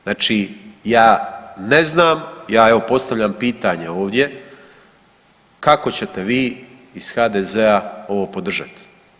Znači ja ne znam, ja evo postavljam pitanje ovdje kako ćete vi iz HDZ-a podržat.